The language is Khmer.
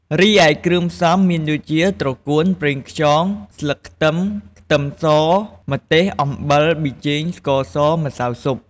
រីឯ គ្រឿងផ្សំមានដូចជា ត្រកួន ប្រេងខ្យង ស្លឹកខ្ទឹមខ្ទឹមស ម្ទេស អំបិល ប៊ីចេង ស្កសរ ម្សៅស៊ុប។